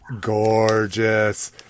gorgeous